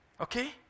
Okay